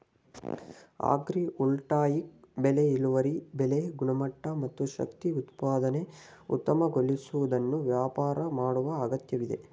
agrivoltaic ಬೆಳೆ ಇಳುವರಿ ಬೆಳೆ ಗುಣಮಟ್ಟ ಮತ್ತು ಶಕ್ತಿ ಉತ್ಪಾದನೆ ಉತ್ತಮಗೊಳಿಸುವುದನ್ನು ವ್ಯಾಪಾರ ಮಾಡುವ ಅಗತ್ಯವಿದೆ